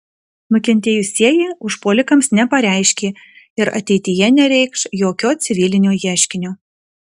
nukentėjusieji užpuolikams nepareiškė ir ateityje nereikš jokio civilinio ieškinio